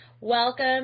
welcome